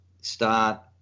start